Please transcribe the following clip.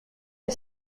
est